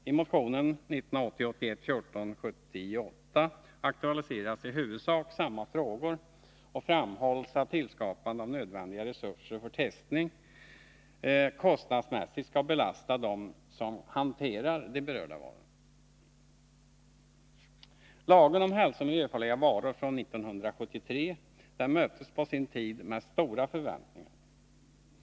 I motionen 1980/81:1478 aktualiseras i huvudsak samma frågor och framhålls att tillskapande av nödvändiga resurser för testning kostnadsmässigt skall belasta dem som hanterar de berörda varorna. Lagen om hälsooch miljöfarliga varor från 1973 möttes på sin tid med stora förväntningar.